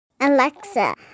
Alexa